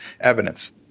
evidence